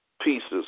pieces